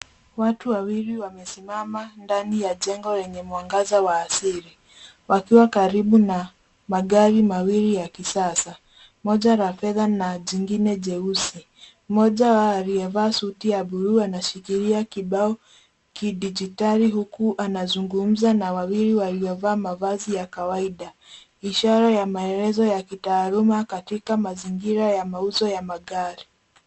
Watu wawili wamesimama ndani ya jengo lenye mwangaza wa asili wakiwakaribu na magari mawili ya kisasa, moja la fedha na jingine jeusi. Mmoja wao aliyevaa suti la buluu anashikilia kibao kidijitali huku anazungumza na wawili waliovaa mavazi ya kawaida. Ishara ya maelezo ya kitaaluma katika mazingira ya mauzo ya magari.